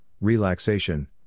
relaxation